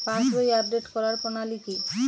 পাসবই update করার প্রণালী কি?